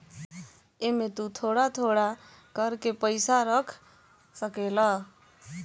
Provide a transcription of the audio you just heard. एमे तु थोड़ा थोड़ा कर के पईसा रख सकेल